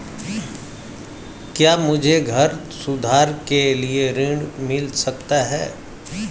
क्या मुझे घर सुधार के लिए ऋण मिल सकता है?